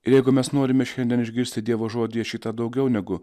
ir jeigu mes norime šiandien išgirsti dievo žodyje šį tą daugiau negu